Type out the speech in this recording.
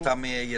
רפואי,